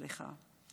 סליחה.